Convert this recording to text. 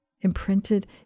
imprinted